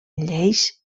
lleis